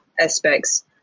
aspects